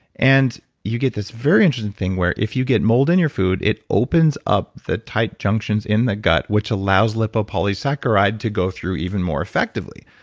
and you get this very interesting thing where if you get mold in your food it opens up the tight junctions in the gut which allows lipopolysaccharide to go through even more defectively.